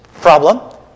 problem